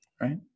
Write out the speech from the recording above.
right